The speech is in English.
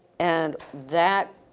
and that